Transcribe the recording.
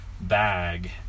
bag